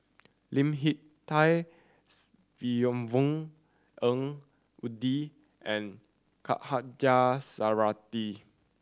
Lim Hak Tai Yvonne Ng Uhde and Khatijah Surattee